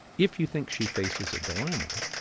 if you think she faces a dilemma,